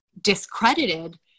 discredited